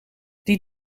die